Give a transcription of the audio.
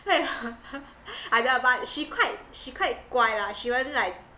right I don't know but she quite she quite 乖 lah she won't like